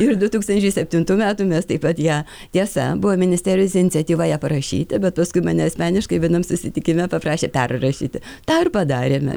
ir du tūkstančiai septintų metų mes taip pat ją tiesa buvo ministerijos iniciatyva ją parašyti bet paskui mane asmeniškai vienam susitikime paprašė perrašyti tą ir padarėme